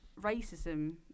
racism